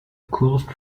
closed